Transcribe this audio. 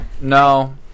No